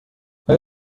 آیا